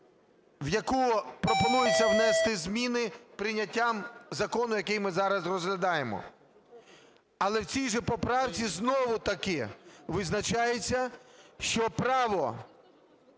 в яку пропонується внести зміни прийняттям закону, який ми зараз розглядаємо. Але в цій же поправці знову-таки визначається, що право